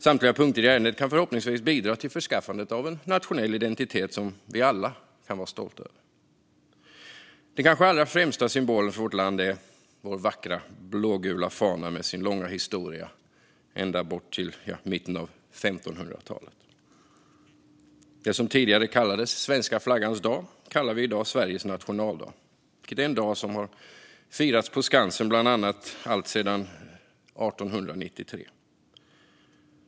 Samtliga punkter i ärendet kan förhoppningsvis bidra till förskaffandet av en nationell identitet som vi alla kan vara stolta över. Den kanske allra främsta symbolen för vårt land är vår vackra blågula fana med sin långa historia, som sträcker sig ända bort till mitten av 1500-talet. Det som tidigare kallades svenska flaggans dag kallar vi i dag Sveriges nationaldag. Det är en dag som har firats bland annat på Skansen alltsedan 1893.